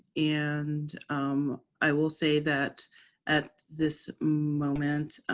and i will say that at this moment,